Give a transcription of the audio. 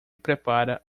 prepara